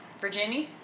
virginia